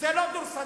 זה לא דורסנות?